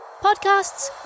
podcasts